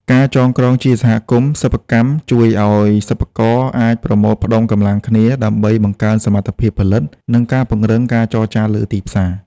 ការចងក្រងជាសហគមន៍សិប្បកម្មជួយឱ្យសិប្បករអាចប្រមូលផ្ដុំកម្លាំងគ្នា ដើម្បីបង្កើនសមត្ថភាពផលិត និងការពង្រឹងការចរចាលើទីផ្សារ។